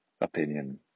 opinion